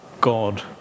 God